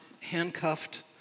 handcuffed